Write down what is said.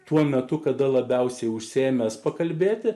tuo metu kada labiausiai užsiėmęs pakalbėti